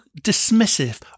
dismissive